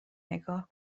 نگاه